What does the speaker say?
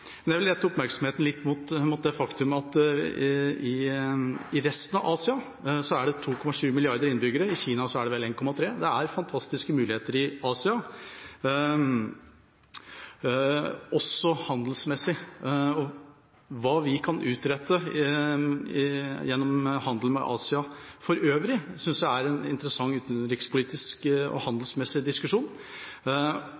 Jeg vil rette oppmerksomheten mot det faktum at i resten av Asia er det 2,7 milliarder innbyggere – i Kina er det vel 1,3 milliarder innbyggere. Det er fantastiske muligheter i Asia, også handelsmessig. Hva vi kan utrette gjennom handelen med Asia for øvrig, synes jeg er en interessant utenrikspolitisk og